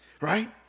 Right